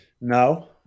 No